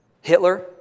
Hitler